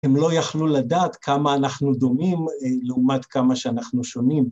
הם לא יכלו לדעת כמה אנחנו דומים לעומת כמה שאנחנו שונים.